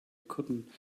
couldn’t